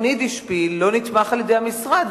"יידישפיל" לא נתמך על-ידי המשרד,